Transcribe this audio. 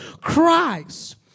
Christ